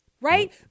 Right